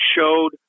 showed